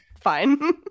fine